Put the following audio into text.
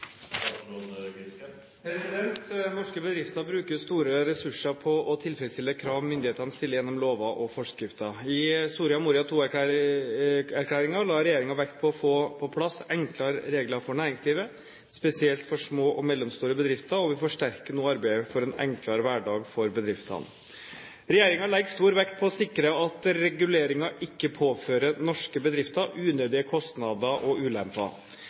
Norske bedrifter bruker store ressurser på å tilfredsstille krav myndighetene stiller gjennom lover og forskrifter. I Soria Moria II-erklæringen la regjeringen vekt på å få på plass enklere regler for næringslivet, spesielt for små og mellomstore bedrifter, og vi forsterker nå arbeidet for en enklere hverdag for bedriftene. Regjeringen legger stor vekt på å sikre at reguleringer ikke påfører norske bedrifter unødige kostnader og ulemper.